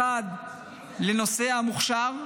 אחת לנושא המוכש"ר,